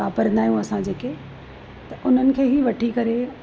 वापिराईंदा आहियूं असां जेके त उन्हनि खे ई वठी करे